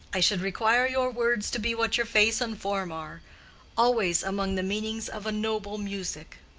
i should require your words to be what your face and form are always among the meanings of a noble music.